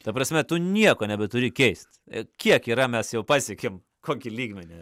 ta prasme tu nieko nebeturi keist kiek yra mes jau pasiekėm kokį lygmenį